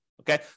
Okay